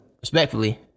respectfully